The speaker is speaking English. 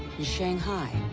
in shanghai,